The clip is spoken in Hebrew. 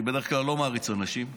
אני בדרך כלל לא מעריץ אנשים,